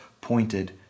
pointed